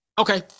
okay